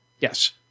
Yes